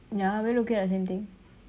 ya are we looking at the same thing